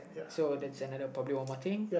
so that's another probably one more thing